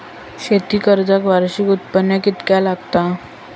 शेती कर्जाक वार्षिक उत्पन्न कितक्या लागता?